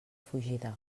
fugida